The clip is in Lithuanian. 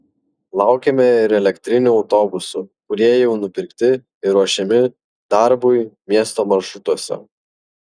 laukiame ir elektrinių autobusų kurie jau nupirkti ir ruošiami darbui miesto maršrutuose